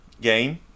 game